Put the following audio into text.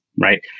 right